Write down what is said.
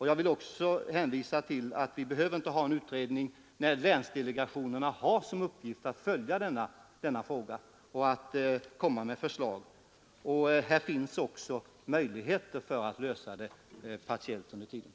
Jag vill också hänvisa till att vi inte behöver ha en utredning när länsdelegationerna har som uppgift att följa denna fråga och komma med förslag. Här finns möjligheter att under tiden partiellt lösa problemet.